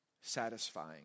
Satisfying